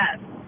Yes